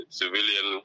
civilian